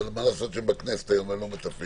אבל מה לעשות שבכנסת היום הם לא מתפעלים?